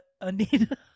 Anita